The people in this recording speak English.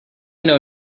know